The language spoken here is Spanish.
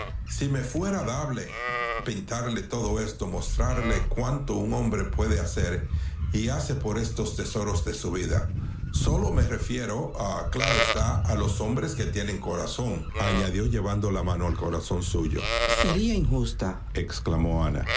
si me fuera dable pintarletodo esto mostrarle cuanto un hombre puede hacer y hace por esos tesoros de su vida sólo me refiero claro está a los hombres que tienen corazónañadió llevando la mano al suyo sería injusta exclamó